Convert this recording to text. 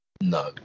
No